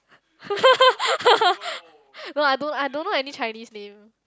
no I don't I don't know any Chinese name